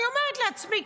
אני אומרת לעצמי,